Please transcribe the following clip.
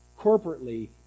corporately